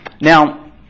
Now